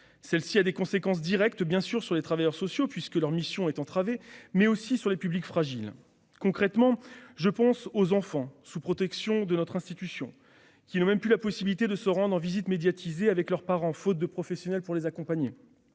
Celle-ci a bien sûr des conséquences directes sur les travailleurs sociaux, puisque leur mission est entravée, mais aussi sur les publics fragiles. Concrètement, je pense aux enfants placés sous protection qui n'ont même plus la possibilité de se rendre en visite médiatisée avec leurs parents, faute de professionnels pour les accompagner.